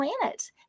planet